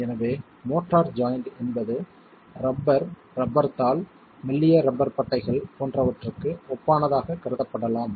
எனவே mortar joint என்பது rubber rubber தாள் மெல்லிய ரப்பர் பட்டைகள் போன்றவற்றுக்கு ஒப்பானதாகக் கருதப்படலாம்